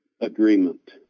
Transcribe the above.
agreement